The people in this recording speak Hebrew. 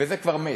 וזה כבר מת.